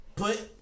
Put